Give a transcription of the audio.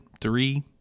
three